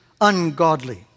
ungodly